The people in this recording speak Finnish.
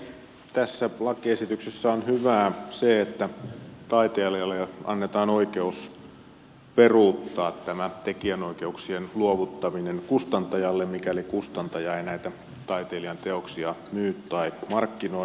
tässä lakiesityksessä on hyvää se että taiteilijalle annetaan oikeus peruuttaa tämä tekijänoikeuksien luovuttaminen kustantajalle mikäli kustantaja ei näitä taiteilijan teoksia myy tai markkinoi